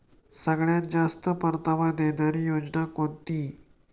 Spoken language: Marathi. सगळ्यात जास्त परतावा देणारी योजना कोणती?